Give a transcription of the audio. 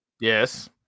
Yes